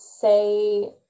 say